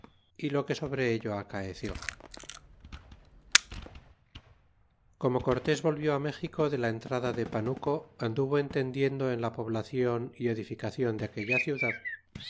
y lo que sobre ello acaeció como cortés volvió méxico de la entrada de panuco anduvo entendiendo en la poblacion y edificacion de aquella ciudad